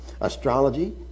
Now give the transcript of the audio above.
astrology